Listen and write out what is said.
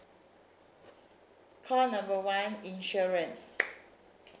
call number one insurance